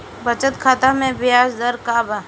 बचत खाता मे ब्याज दर का बा?